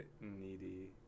needy